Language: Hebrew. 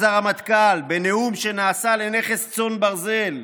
אז הרמטכ"ל, בנאום שנעשה לנכס צאן ברזל.